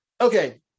Okay